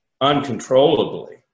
uncontrollably